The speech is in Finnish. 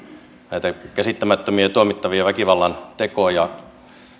näitä käsittämättömiä tuomittavia väkivallantekoja